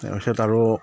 তাৰপিছত আৰু